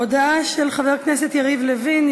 הודעה של חבר הכנסת יריב לוין,